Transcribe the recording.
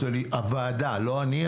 הוועדה לא אני,